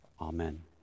Amen